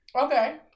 Okay